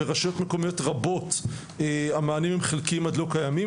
ברשויות מקומיות רבות המענים הם חלקיים עד לא קיימים.